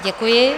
Děkuji.